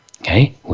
okay